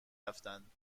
رفتند